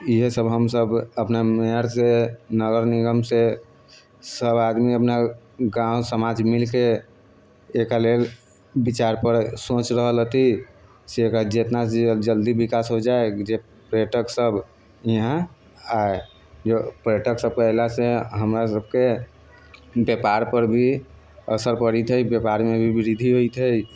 इएहे सभ हम सभ अपना मेयरसँ नगर निगमसँ सभ आदमी अपना गाँव समाज मिलके एकरा लेल विचार करैके लेल सोचि रहल हति से एकरा जितना जल्दीसँ विकास हो जाइ जे पर्यटक सभ यहाँ आय जे पर्यटक सभके अयलासँ हमरा सभके व्यापारपर भी असर पड़ैत है व्यापारमे भी वृद्धि होइत है